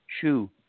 shoe